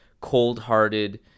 cold-hearted